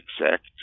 exact